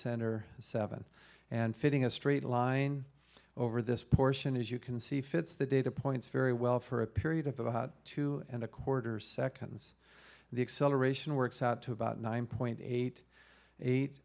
center seven and fitting a straight line over this portion as you can see fits the data points very well for a period of about two and a quarter seconds the acceleration works out to about nine point eight